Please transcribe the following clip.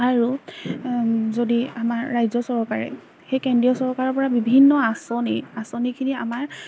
আৰু যদি আমাৰ ৰাজ্য চৰকাৰে সেই কেন্দ্ৰীয় চৰকাৰৰপৰা বিভিন্ন আঁচনি আঁচনিখিনি আমাৰ